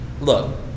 look